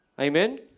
amen